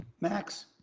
Max